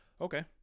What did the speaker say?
Okay